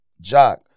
Jock